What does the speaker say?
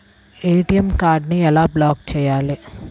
ATM కార్డుని ఎలా block చేయాలి?